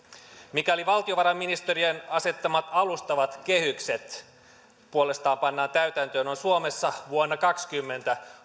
mikäli valtiovarainministeriön asettamat alustavat kehykset puolestaan pannaan täytäntöön on suomessa kuusituhattakolmesataa poliisia vuonna kaksikymmentä